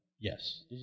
Yes